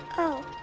oh,